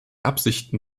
absichten